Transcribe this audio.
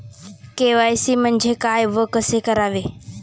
KYC म्हणजे काय व कसे करावे?